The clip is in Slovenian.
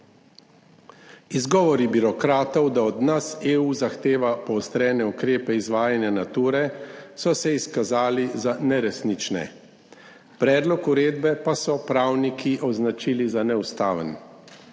Izgovori birokratov, da od nas EU zahteva poostrene ukrepe izvajanja Nature, so se izkazali za neresnične. Predlog uredbe pa so pravniki označili za neustaven.